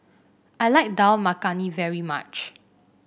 I like Dal Makhani very much